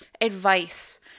advice